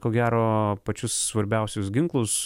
ko gero pačius svarbiausius ginklus